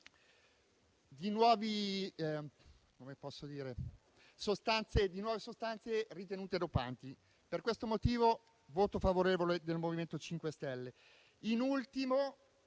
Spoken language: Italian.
di nuove sostanze ritenute dopanti. Per questo motivo, annuncio il voto favorevole del MoVimento 5 Stelle.